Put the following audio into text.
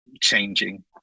changing